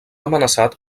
amenaçat